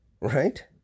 Right